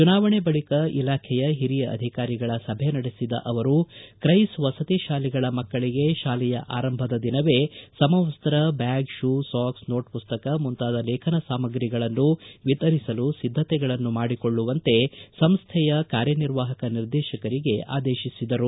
ಚುನಾವಣೆ ಬಳಿಕ ಇಲಾಖೆಯ ಹಿರಿಯ ಅಧಿಕಾರಿಗಳ ಸಭೆ ನಡೆಸಿದ ಅವರು ಕ್ರೈಸ್ ವಸತಿ ಶಾಲೆಗಳ ಮಕ್ಕಳಿಗೆ ಶಾಲೆಯ ಆರಂಭದ ದಿನವೇ ಸಮವಸ್ತ ಬ್ಯಾಗ್ ಶೂ ಸಾಕ್ಸ್ ನೋಟ್ ಪುಸ್ತಕ ಮುಂತಾದ ಲೇಖನ ಸಾಮಾಗ್ರಿಗಳನ್ನು ವಿತರಿಸಲು ಸಿದ್ದತೆಗಳನ್ನು ಮಾಡಿಕೊಳ್ಳುವಂತೆ ಸಂಸ್ಥೆಯ ಕಾರ್ಯನಿರ್ವಾಹಕ ನಿರ್ದೇಶಕರಿಗೆ ಆದೇಶಿಸಿದರು